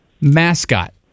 mascot